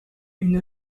une